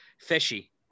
fishy